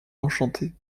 enchanté